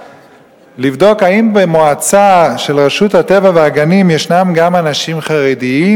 לבדוק אם במועצה של רשות הטבע והגנים ישנם גם אנשים חרדים,